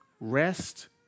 rest